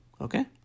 okay